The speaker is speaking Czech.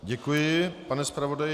Děkuji, pane zpravodaji.